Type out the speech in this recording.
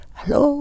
Hello